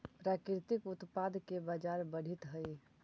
प्राकृतिक उत्पाद के बाजार बढ़ित हइ